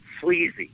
sleazy